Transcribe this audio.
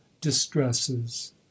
distresses